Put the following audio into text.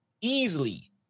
easily